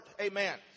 amen